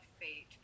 fate